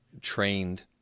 trained